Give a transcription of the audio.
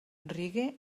reggae